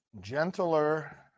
gentler